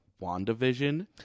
WandaVision